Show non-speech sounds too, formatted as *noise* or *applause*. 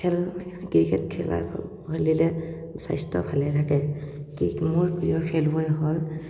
খেল ক্ৰিকেট খেলাটো *unintelligible* স্বাস্থ্য ভালে থাকে ক্ৰিকেটত মোৰ প্ৰিয় খেলুৱৈ হ'ল